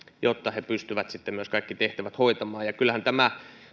jotta he pystyvät kaikki tehtävät hoitamaan kyllähän tämä